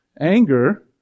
anger